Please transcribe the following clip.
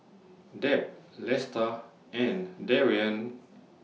Deb Lesta and Darrian